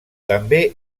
també